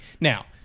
Now